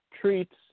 treats